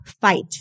fight